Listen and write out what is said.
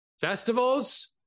festivals